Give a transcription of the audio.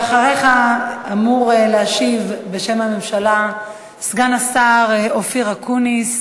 אחריך אמור להשיב בשם הממשלה סגן השר אופיר אקוניס,